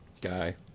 guy